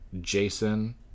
jason